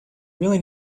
really